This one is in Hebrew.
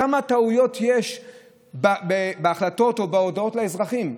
כמה טעויות יש בהחלטות או בהודעות לאזרחים?